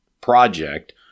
project